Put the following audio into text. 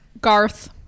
Garth